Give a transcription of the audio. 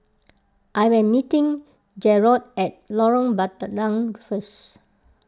I am meeting Jarod at Lorong Bandang noun first